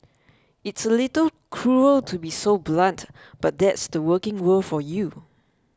it's a little cruel to be so blunt but that's the working world for you